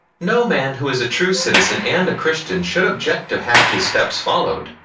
no man who is a true citizen and a christian should object to have his steps followed,